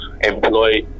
employ